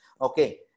Okay